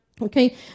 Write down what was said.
Okay